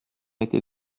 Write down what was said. était